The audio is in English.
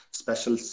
special